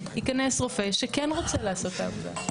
ייכנס רופא שכן רוצה לעשות את העבודה,